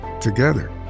Together